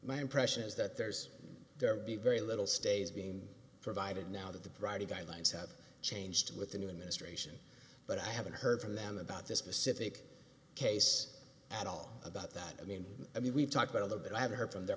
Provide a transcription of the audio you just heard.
my impression is that there's going to be very little stays being provided now that the priority guidelines have changed with the new administration but i haven't heard from them about this specific case at all about that i mean i mean we've talked about other but i haven't heard from their